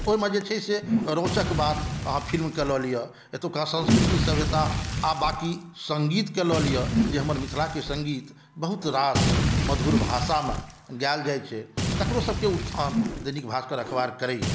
ओइमऽजे छै से रोचक बात अहाँ फिल्मकेँ लए लिअ एतुका संस्कृति सभ्यता आ बाँकि सङ्गीतके लऽलिअ जे हमर मिथिलाकेँ सङ्गीत बहुत रास मधुर भाषामऽगाएल जाइ छै तकरो सभकेँ उत्थान दैनिक भाष्कर अखबार करैए